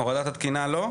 הורדת התקינה לא?